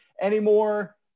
anymore